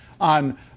on